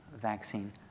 vaccine